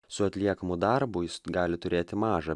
su atliekamu darbu jis gali turėti mažą